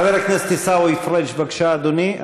חבר הכנסת עיסאווי פריג', בבקשה, אדוני.